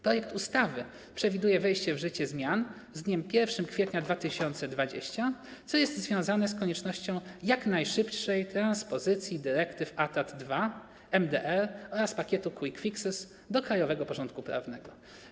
Projekt ustawy przewiduje wejście w życie zmian z dniem 1 kwietnia 2020 r., co jest związane z koniecznością jak najszybszej transpozycji dyrektyw ATAD 2, MDR oraz pakietu Quick Fixes do krajowego porządku prawnego.